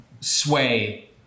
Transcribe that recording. sway